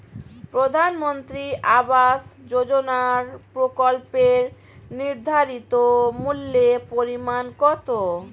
প্রধানমন্ত্রী আবাস যোজনার প্রকল্পের নির্ধারিত মূল্যে পরিমাণ কত?